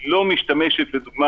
ולגבי העניין עצמו של הדיון שלנו עכשיו,